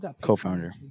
Co-founder